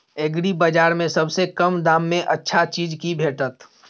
एग्रीबाजार में सबसे कम दाम में अच्छा चीज की भेटत?